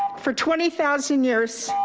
for twenty thousand years,